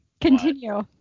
continue